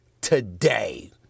today